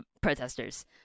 protesters